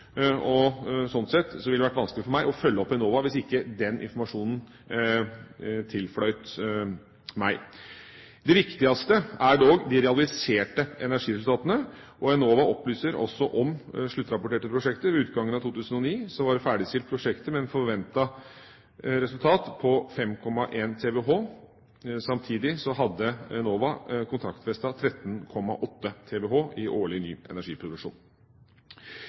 og sånn sett ville det vært vanskelig for meg å følge opp Enova hvis ikke den informasjonen tilfløt meg. Det viktigste er dog de realiserte energiresultatene, og Enova opplyser også om sluttrapporterte prosjekter. Ved utgangen av 2009 var det ferdigstilt prosjekter med et forventet resultat på 5,1 TWh. Samtidig hadde Enova kontraktsfestet 13,8 TWh i årlig ny energiproduksjon.